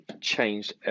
changed